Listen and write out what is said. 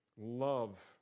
love